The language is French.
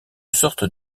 sorte